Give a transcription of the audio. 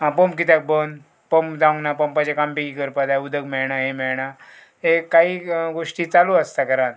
आं पंप कित्याक बंद पंप जावंक ना पंपाचें काम बेगी करपा जाय उदक मेळना हें मेळना हें काही गोश्टी चालू आसता घरान